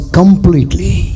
completely